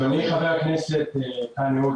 אדוני חבר הכנסת ויו"ר